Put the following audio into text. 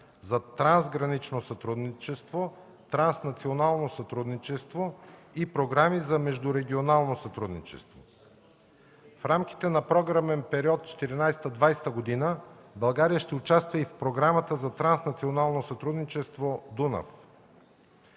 за трансгранично сътрудничество, транснационално сътрудничество и програми за междурегионално сътрудничество. В рамките на програмния период 2014-2020 г. България ще участва и в Програмата за транснационално сътрудничество – Дунав.